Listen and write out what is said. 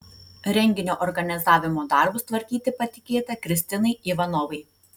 renginio organizavimo darbus tvarkyti patikėta kristinai ivanovai